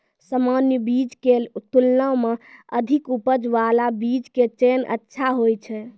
सामान्य बीज के तुलना मॅ अधिक उपज बाला बीज के चयन अच्छा होय छै